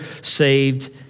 saved